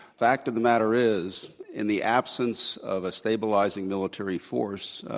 fact of the matter is, in the absence of a stabilizing military force,